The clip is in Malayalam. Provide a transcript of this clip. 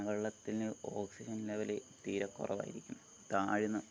ആ വെള്ളത്തിന് ഓക്സിജൻ ലെവൽ തീരെ കുറവായിരിക്കും താഴ്ന്ന്